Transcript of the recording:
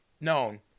known